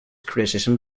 criticism